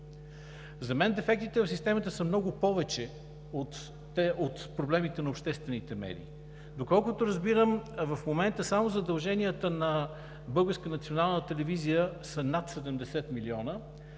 За мен дефектите в системата са много повече от проблемите на обществените медии. Доколкото разбирам, в момента само задълженията на Българската национална